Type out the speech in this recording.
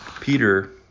Peter